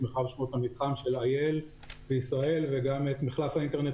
את מתחם של אריאל בישראל וגם את מחלף האינטרנט